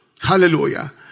Hallelujah